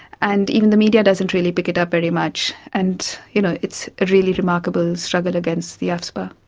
and even the media doesn't really pick it up very much, and you know, it's a really remarkable struggle against the afspa.